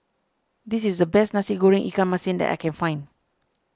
this is the best Nasi Goreng Ikan Masin that I can find